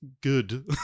Good